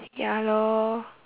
ya lor